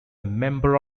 member